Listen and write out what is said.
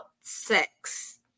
sex